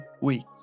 weeks